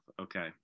Okay